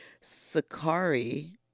sakari